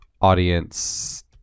audience